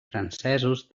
francesos